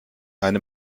eine